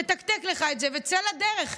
נתקתק לך את זה וצא לדרך,